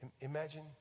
Imagine